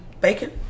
bacon